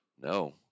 No